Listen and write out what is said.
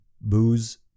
booze